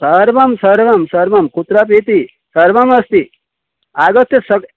सर्वं सर्वं सर्वं कुत्रापीति सर्वमस्ति आगत्य सर्वम्